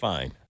Fine